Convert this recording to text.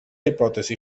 hipòtesi